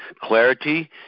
clarity